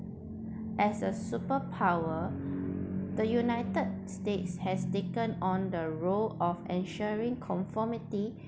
as a superpower the united states has taken on the role of ensuring conformity